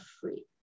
free